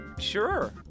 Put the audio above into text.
sure